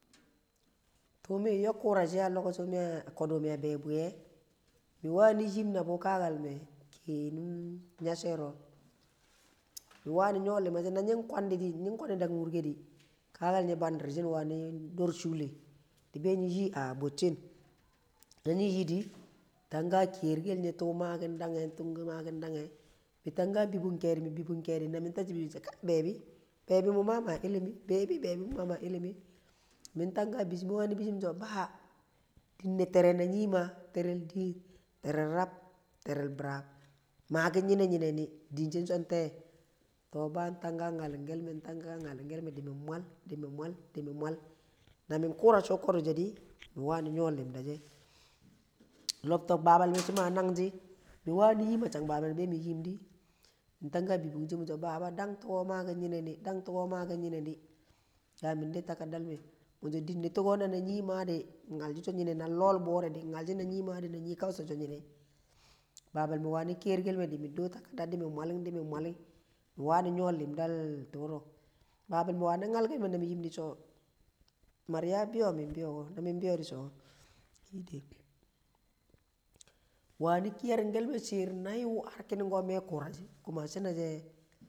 Tṵṵ mi̱n no̱k ku̱ra shi̱ ko̱dṵṵ mi̱ a be̱e̱ bṵye̱, mi̱ wani̱ yi̱m na bi̱ kakal me̱, ki̱ye̱ nyi̱ nṵm Nyashe̱ro̱ mi̱ wani̱ nyo̱ li̱ma she̱. Na nyi̱ nkwandi̱ dakṵm wu̱rke̱ di̱ kakal me̱ bandi̱r shi̱r wani̱ do̱r su̱lle̱ nyi̱ yi̱ a bṵcci̱n na nyi̱ yidi̱ tan kaa ki̱ye̱rke̱l nye̱ tu̱u̱ makin dang mi̱n tang ka bi̱bu̱n ke̱di̱ bi̱bu̱n mu̱ yang ma ilimi bi̱ bi̱bu̱n mu̱ yang ma ilimi mi wani̱ bi̱ shi̱ mi̱so̱ baa dinne te̱re̱ na nyi maa te̱re̱l rab te̱re̱l bi̱rab na nyi ma nte nyal bu̱tti̱ tanka ka nyaling ke̱l tang ka nyali̱nge̱l me di̱ mi mwal. di mi nywal nma min kura su̱ ko̱du̱she̱ di mi wani̱, nyo lima. Lo̱bto̱k babal yne̱ shi̱ ma nanshi̱ mi̱ wani̱ yi̱m du̱ mi̱ tang ka̱ bibung shi̱ mi so̱ baba dang tu̱ko̱ ma buti nyi̱ne̱ ni? min dekel takitar mi so din ne tuko̱ na nyima tee ni mwe shi na lo̱l bo̱re̱ di̱ bal mo̱ wani̱ ye̱rke̱l me̱ di̱ mi̱ mwa Bal me̱ wani̱ nyalke̱l me̱ so marya biyo wani kerin kel me shir nai har ki̱ni̱n ko̱ me̱ ko̱ra shi.